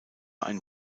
ein